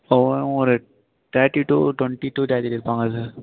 தோராயமாக ஒரு தேட்டி டு டொன்ட்டி டு தேட்டி இருப்பாங்க சார்